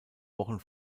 wochen